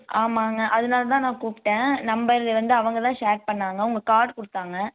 ஆமாங்க அதனால தான் நான் கூப்பிட்டேன் நம்பர் இது வந்து அவங்க தான் ஷேர் பண்ணிணாங்க உங்க கார்டு கொடுத்தாங்க